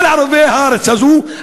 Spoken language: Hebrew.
כל ערביי הארץ הזאת,